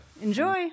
Enjoy